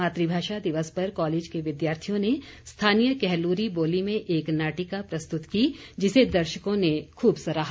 मात्रभाषा दिवस पर कॉलेज के विद्यार्थियों ने स्थानीय कहलूरी बोली में एक नाटिका प्रस्तुत की जिसे दर्शकों ने खूब सराहा